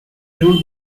flew